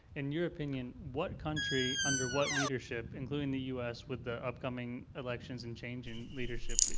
in your opinion, what country under what leadership, including the us with the upcoming elections and change in leadership,